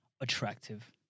attractive